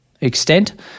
extent